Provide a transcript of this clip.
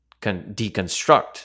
deconstruct